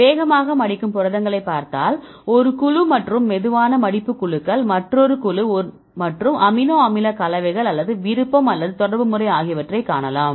வேகமாக மடிக்கும் புரதங்களை பார்த்தால் ஒரு குழு மற்றும் மெதுவான மடிப்பு குழுக்கள் மற்றொரு குழு மற்றும் அமினோ அமில கலவைகள் அல்லது விருப்பம் அல்லது தொடர்பு முறை ஆகியவற்றைக் காணலாம்